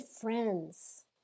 friends